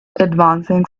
advancing